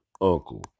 uncle